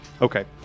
Okay